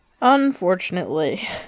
Unfortunately